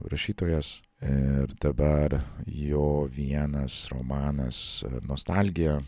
rašytojas ir dabar jo vienas romanas nostalgija